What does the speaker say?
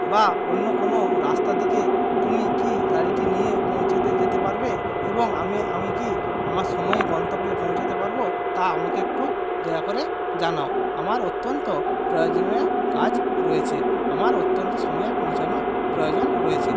বা অন্য কোনো রাস্তা দিকে তুমি কি গাড়িটি নিয়ে পৌঁছতে যেতে পারবে এবং আমি আমি কি আমার সময়ে গন্তব্যে পৌঁছতে পারব তা আমাকে একটু দয়া করে জানাও আমার অত্যন্ত প্রয়োজনীয় কাজ রয়েছে আমার অত্যন্ত সময়ে পৌঁছানো প্রয়োজন রয়েছে